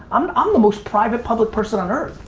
i'm i'm the most private public person on earth